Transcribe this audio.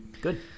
good